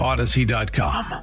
Odyssey.com